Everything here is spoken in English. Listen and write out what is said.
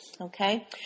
Okay